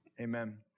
amen